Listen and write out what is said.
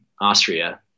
Austria